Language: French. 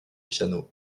piano